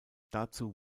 dazu